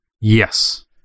Yes